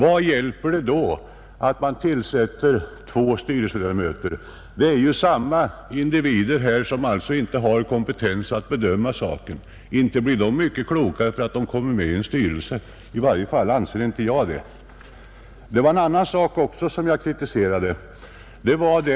Vad hjälper det då att medlemmarna tillsätter två styrelseledamöter? Det gäller ju individer, som inte har kompetens att bedöma saken. Inte blir de mycket klokare för att de kommer med i en styrelse. I varje fall anser inte jag detta. Det var även en annan sak som jag kritiserade.